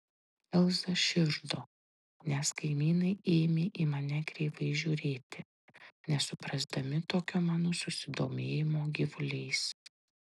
elza širdo nes kaimynai ėmė į mane kreivai žiūrėti nesuprasdami tokio mano susidomėjimo gyvuliais